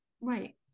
Right